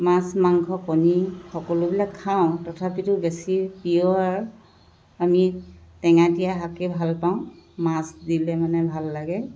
মাছ মাংস পনীৰ সকলোবিলাক খাওঁ তথাপিতো বেছি প্ৰিয় আৰু আমি টেঙা দিয়া শাকেই ভাল পাওঁ মাছ দিলে মানে ভাল লাগে